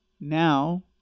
now